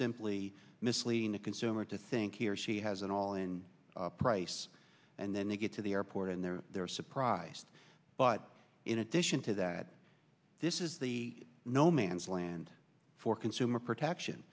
simply misleading the consumer to think he or she has it all in price and then they get to the airport and they're surprised but in addition to that this is the no man's land for consumer protection